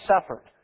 suffered